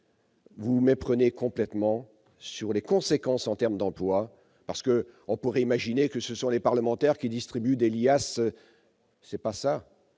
vous vous méprenez complètement sur les conséquences en termes d'emploi. On pourrait imaginer que ce sont les parlementaires qui distribuent des liasses. Mais ce n'est pas